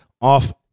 off-